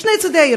בשני צדי העיר,